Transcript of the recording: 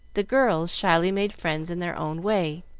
the girls shyly made friends in their own way,